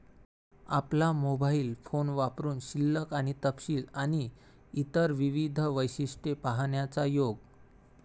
आपला mobile phone वापरुन शिल्लक आणि तपशील आणि इतर विविध वैशिष्ट्ये पाहण्याचा योग